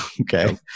okay